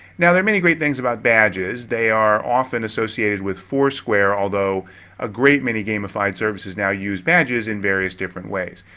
now, there are many great things about badges. they are often associated with foursquare, although a great many gamefide services now use badges in various different ways.